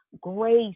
grace